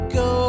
go